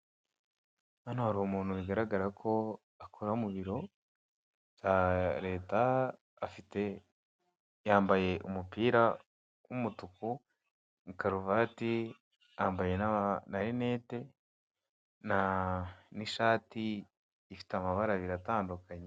Hano hari umuntu bigaragara ko akora mu biro bya leta, yambaye umupira w'umutuku n'ikarovati, yambaye na rinete, n'ishati ifite amabara abiri atandukanye.